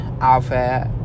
outfit